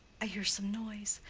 i hear some noise.